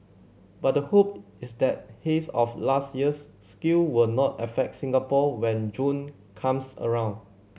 but the hope is that haze of last year's scale will not affect Singapore when June comes around